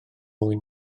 mwy